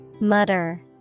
Mutter